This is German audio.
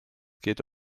geht